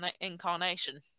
incarnation